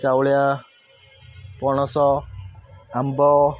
ଚାଉଳିଆ ପଣସ ଆମ୍ବ